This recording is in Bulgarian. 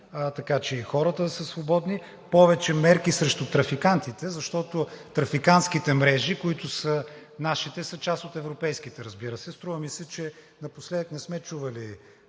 така че и хората да са свободни. Повече мерки срещу трафикантите, защото трафикантски мрежи, които са нашите, са част от европейските, разбира се. Струва ми се, че напоследък не сме чували